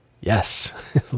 Yes